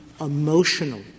emotional